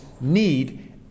need